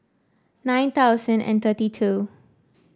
nine thousand and thirty two